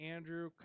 Andrew